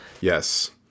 Yes